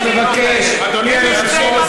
מתי קיבלת בזרועות פתוחות